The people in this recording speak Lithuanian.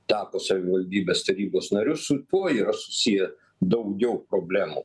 tapo savivaldybės tarybos nariu su tuo yra sisiję daugiau problemų